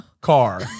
car